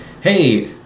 Hey